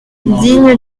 digne